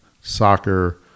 soccer –